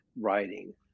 writing